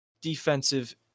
defensive